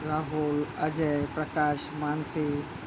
Rahul Ajay Prakash Mansi